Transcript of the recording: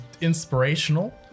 inspirational